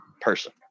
person